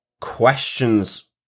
questions